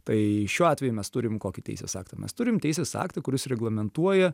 tai šiuo atveju mes turim kokį teisės aktą mes turim teisės aktą kuris reglamentuoja